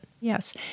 Yes